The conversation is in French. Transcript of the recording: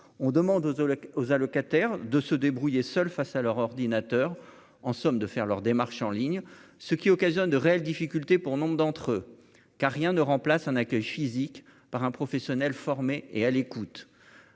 on demande aux aux aux allocataires de se débrouiller seuls face à leur ordinateur en somme de faire leurs démarches en ligne, ce qui occasionne de réelles difficultés pour nombre d'entre eux, car rien ne remplace un accueil physique par un professionnel formé et à l'écoute,